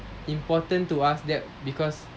important to us that because